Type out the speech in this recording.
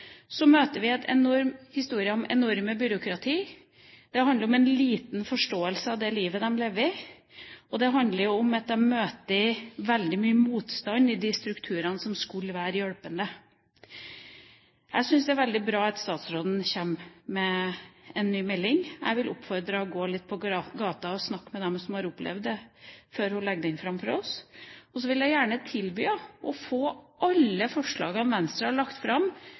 Så møter vi historier om et enormt byråkrati. Det handler om liten forståelse for det livet de lever, og det handler om at de møter veldig mye motstand i de strukturene som skulle være til hjelp. Jeg syns det er veldig bra at statsråden kommer med en ny melding. Jeg vil oppfordre henne til å gå ut på gata og snakke med dem som har opplevd det, før hun legger den fram for oss. Og så vil jeg gjerne tilby henne alle forslagene Venstre har lagt fram